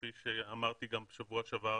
כפי שאמרתי גם בשבוע שעבר,